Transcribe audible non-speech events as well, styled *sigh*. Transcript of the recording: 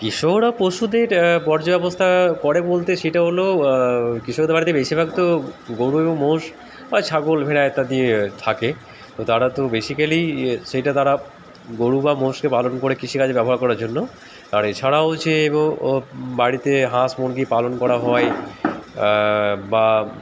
কৃষকরা পশুদের *unintelligible* করে বলতে সেটা হলো কৃষকদের বাড়িতে বেশিরভাগ তো গরু এবং মোষ বা ছাগল ভেড়া ইত্যাদি থাকে তো তারা তো বেসিক্যালি সেটা তারা গরু বা মোষকে পালন করে কৃষিকাজ ব্যবহার করার জন্য আর এছাড়াও যে বাড়িতে হাঁস মুরগি পালন করা হয় বা